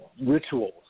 rituals